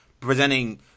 presenting